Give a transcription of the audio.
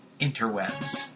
interwebs